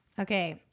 Okay